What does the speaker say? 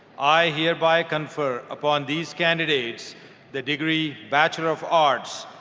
i hereby confer upon these candidates the degrees master of arts,